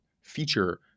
feature